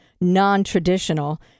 non-traditional